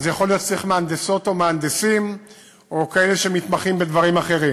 אז יכול להיות שצריך מהנדסות או מהנדסים או כאלה שמתמחים בדברים אחרים,